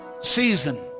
season